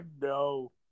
no